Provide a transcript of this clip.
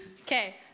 Okay